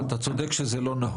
אבל אתה צודק באמירה שזה לא נהוג.